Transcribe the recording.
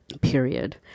Period